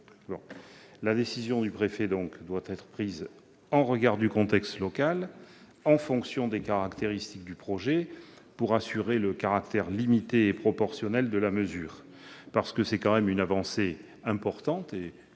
La décision du préfet doit être prise au regard du contexte local, en fonction des caractéristiques du projet, pour assurer le caractère limité et proportionnel de la mesure. C'est tout de même une avancée importante,